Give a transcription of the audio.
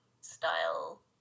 style